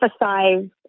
emphasize